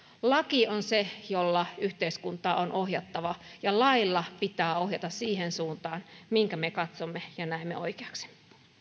laki on se jolla yhteiskuntaa on ohjattava ja lailla pitää ohjata siihen suuntaan minkä me katsomme ja näemme oikeaksi